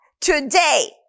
today